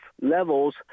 levels